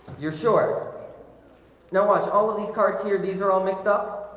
you're sure no, watch all of these cards here. these are all mixed up